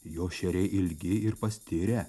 jo šeriai ilgi ir pastirę